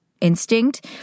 instinct